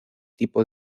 tipo